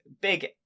big